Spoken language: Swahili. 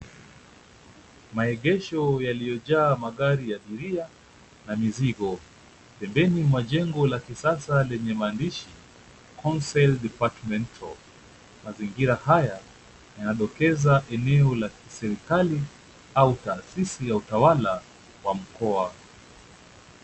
Maegesho yaliyojaa magari ya abiria na mizigo. Pembeni mwa jengo la kisasa lenye maandishi, Wholesale Departmental . Mazingira haya yanadokeza eneo la kiserikali au taasisi ya utawala wa mkoa.